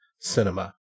cinema